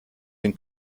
den